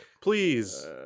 please